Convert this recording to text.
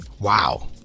Wow